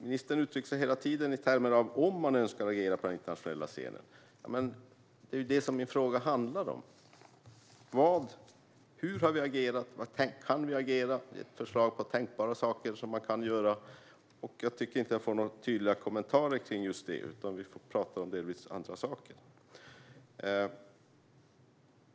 Ministern uttrycker sig hela tiden i termer av om man önskar agera på den internationella scenen. Det är ju det min fråga handlar om. Hur har vi agerat? Kan vi agera? Finns det tänkbara förslag på vad man kan göra? Jag tycker inte att jag får några tydliga kommentarer kring just det, utan vi pratar om delvis andra saker.